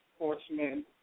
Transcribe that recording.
enforcement